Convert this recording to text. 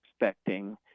Expecting